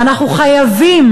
ואנחנו חייבים,